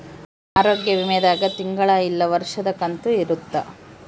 ಆರೋಗ್ಯ ವಿಮೆ ದಾಗ ತಿಂಗಳ ಇಲ್ಲ ವರ್ಷದ ಕಂತು ಇರುತ್ತ